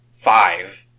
five